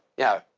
yeah,